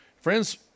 Friends